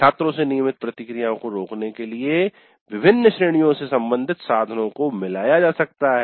छात्रों से नियमित प्रतिक्रियाओं को रोकने के लिए विभिन्न श्रेणियों से संबंधित साधनों को मिलाया जा सकता है